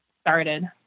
started